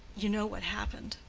you know what happened